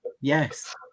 yes